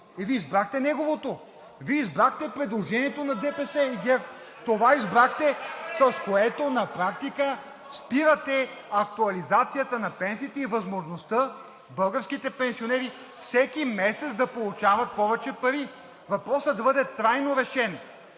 и Вие избрахте неговото, Вие избрахте предложението на ДПС и ГЕРБ. (Шум и реплики.) Това избрахте, с което на практика спирате актуализацията на пенсиите и възможността българските пенсионери всеки месец да получават повече пари. Въпросът да бъде трайно решен!